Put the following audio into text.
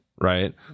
right